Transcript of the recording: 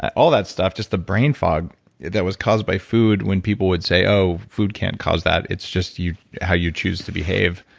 all that stuff just the brain fog that was caused by food when people would say, oh, food can't cause that. it's just how you choose to behave.